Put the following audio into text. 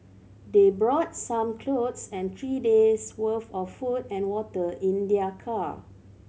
they brought some clothes and three days' worth of food and water in their car